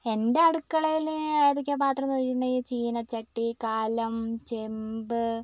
എൻ്റെ അടുക്കളയിൽ ഏതൊക്കെയാണ് പാത്രംന്ന് ചോദിച്ചിട്ടിണ്ടെങ്കിൽ ചീനച്ചട്ടി കലം ചെമ്പ്